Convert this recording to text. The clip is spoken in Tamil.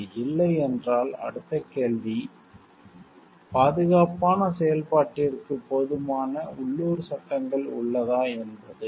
அது இல்லை என்றால் அடுத்த கேள்வி பாதுகாப்பான செயல்பாட்டிற்கு போதுமான உள்ளூர் சட்டங்கள் உள்ளதா என்பது